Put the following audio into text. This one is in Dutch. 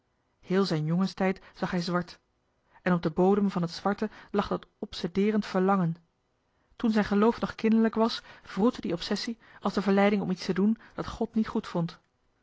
heel zijn jongenstijd zag hij zwart en op den bodem van het zwarte lag dat obsedeerend verlangen toen zijn geloof nog kinderlijk was wroette die obsessie als de verleiding om iets te doen dat god niet goed vond